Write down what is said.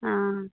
हँ